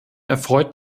erfreut